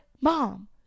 mom